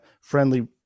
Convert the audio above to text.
friendly